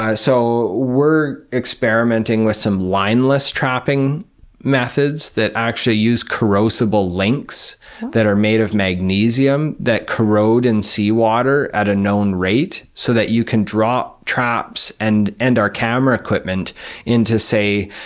ah so we're experimenting with some lineless trapping methods that actually use corrodible links that are made of magnesium, that corrode in seawater at a known rate, so that you can drop traps and and our camera equipment into, say,